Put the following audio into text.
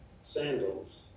sandals